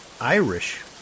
Irish